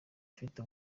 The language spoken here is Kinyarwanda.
ufite